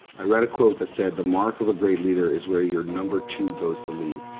i read a quote that said, the mark of a great leader is where your number two goes to leave.